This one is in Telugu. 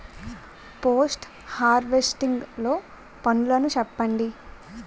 పోస్ట్ హార్వెస్టింగ్ లో పనులను చెప్పండి?